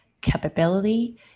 capability